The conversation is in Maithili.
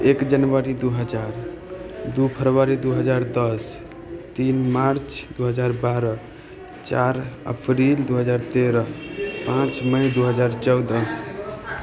एक जनवरी दुइ हजार दुइ फरवरी दुइ हजार दस तीन मार्च दुइ हजार बारह चारि अप्रैल दुइ हजार तेरह पाँच मइ दुइ हजार चौदह